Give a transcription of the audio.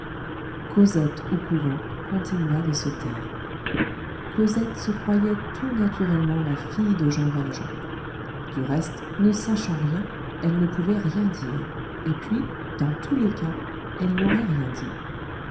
cosette au couvent continua de se taire cosette se croyait tout naturellement la fille de jean valjean du reste ne sachant rien elle ne pouvait rien dire et puis dans tous les cas elle n'aurait rien dit